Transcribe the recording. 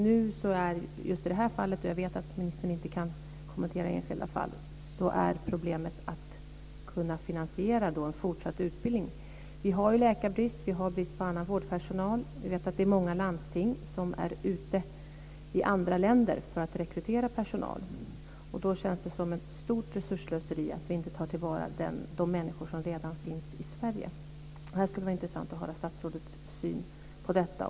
I just det här fallet - och jag vet att ministern inte kan kommentera enskilda fall - är problemet att kunna finansiera en fortsatt utbildning. Vi har ju läkarbrist, vi har brist på annan vårdpersonal. Vi vet att det är många landsting som är ute i andra länder för att rekrytera personal. Då känns det som ett stort resursslöseri att vi inte tar till vara de människor som redan finns i Sverige. Det skulle vara intressant att höra statsrådets syn på detta.